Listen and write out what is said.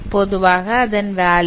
பொதுவாக அதன் வேல்யூ 0